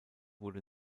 wurde